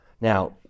Now